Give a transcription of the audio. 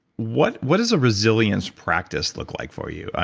what what does a resilience practice look like for you?